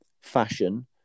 fashion